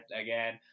again